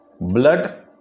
Blood